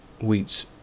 wheat